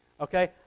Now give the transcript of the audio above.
okay